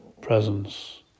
presence